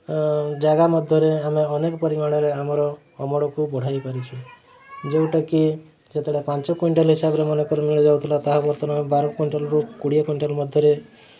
ଜାଗା ମଧ୍ୟରେ ଆମେ ଅନେକ ପରିମାଣରେ ଆମର ଅମଳକୁ ବଢ଼ାଇ ପାରିଛୁ ଯେଉଁଟାକି ଯେତେବେଳେ ପାଞ୍ଚ କ୍ଵିଣ୍ଟାଲ ହିସାବରେ ମନେକର ମିଳିଯାଉଥିଲା ତାହା ବର୍ତ୍ତମାନ ଆମେ ବାର କ୍ଵିଣ୍ଟାଲରୁ କୋଡ଼ିଏ କ୍ଵିଣ୍ଟାଲ ମଧ୍ୟରେ